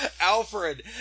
Alfred